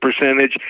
percentage